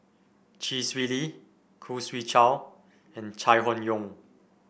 Chee Swee Lee Khoo Swee Chiow and Chai Hon Yoong